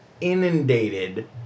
inundated